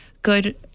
good